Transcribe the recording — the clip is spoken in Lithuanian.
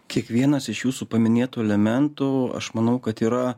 kiekvienas iš jūsų paminėtų elementų aš manau kad yra